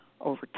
over